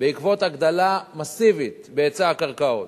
בעקבות הגדלה מסיבית בהיצע הקרקעות,